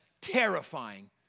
terrifying